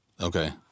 Okay